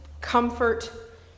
comfort